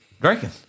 drinking